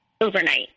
overnight